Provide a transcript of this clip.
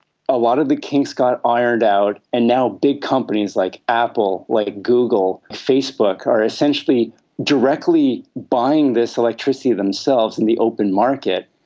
a lot of the kinks got ironed out, and now big companies like apple, like google, facebook are essentially directly buying this electricity themselves in the open market,